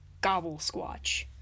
gobble-squatch